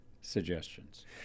suggestions